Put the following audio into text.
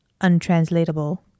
untranslatable